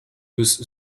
with